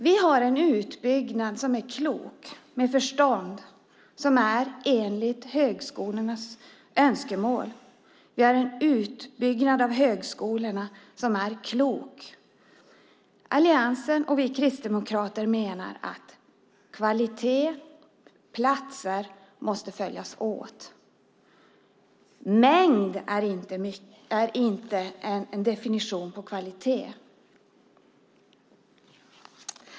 Vi har en utbyggnad som är klok och förståndig och enligt högskolornas önskemål. Vi har en utbyggnad av högskolorna som är klok. Alliansen och vi kristdemokrater menar att kvalitet och platser måste följas åt. Mängd är inte någon definition på kvalitet.